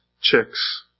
chicks